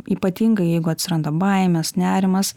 ypatingai jeigu atsiranda baimės nerimas